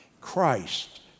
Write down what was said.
Christ